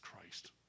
Christ